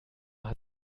hat